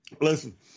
Listen